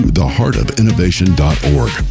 theheartofinnovation.org